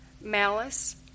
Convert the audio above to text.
malice